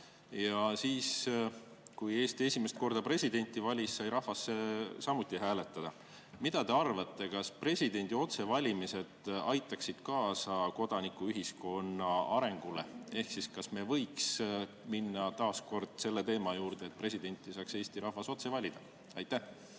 Ja siis, kui Eesti esimest korda presidenti valis, sai rahvas samuti hääletada. Mida te arvate, kas presidendi otsevalimised aitaksid kaasa kodanikuühiskonna arengule? Kas me võiks minna taas kord selle teema juurde, et presidenti saaks Eesti rahvas otse valida? Aitäh,